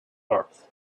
earth